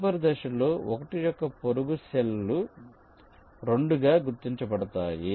తదుపరి దశలో 1 యొక్క పొరుగు సెల్ లు 2 గా గుర్తించబడతాయి